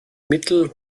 mittel